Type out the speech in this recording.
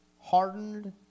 hardened